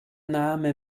name